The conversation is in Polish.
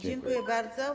Dziękuję bardzo.